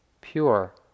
pure